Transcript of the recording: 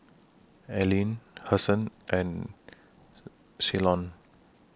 Allene Hasan and Ceylon